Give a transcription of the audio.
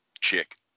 chick